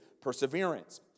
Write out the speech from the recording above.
perseverance